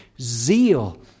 zeal